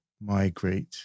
migrate